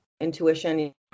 intuition